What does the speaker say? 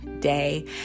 day